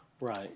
Right